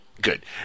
good